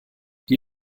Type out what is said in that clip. die